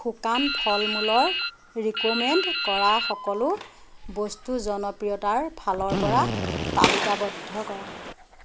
শুকান ফল মূলৰ ৰিক'মেণ্ড কৰা সকলো বস্তু জনপ্ৰিয়তাৰ ফালৰপৰা তালিকাবদ্ধ কৰা